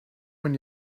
when